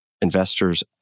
Investors